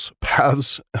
paths